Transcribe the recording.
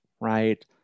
right